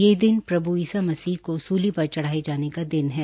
ये दिन प्रभ् ईसा मसीह को सूली पर चढ़ाये जाने का दिन है